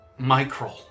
Microl